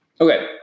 Okay